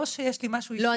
לא שיש לי משהו אישי -- לא,